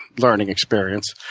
learning experience.